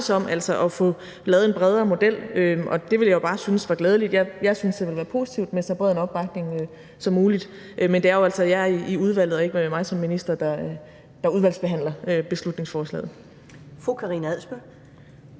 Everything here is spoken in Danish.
at få lavet en bredere model. Og det ville jeg jo bare synes var glædeligt. Jeg synes, det vil være positivt med så bred en opbakning som muligt, men det er jo altså jer i udvalget og ikke mig som minister, der udvalgsbehandler beslutningsforslaget.